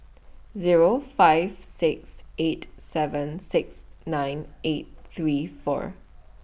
Zero five six eight seven six nine eight three four